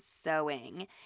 Sewing